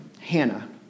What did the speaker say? Hannah